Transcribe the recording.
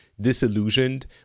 disillusioned